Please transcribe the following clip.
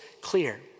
clear